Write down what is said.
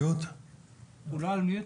אתמול התקיימה ישיבה של הוועדה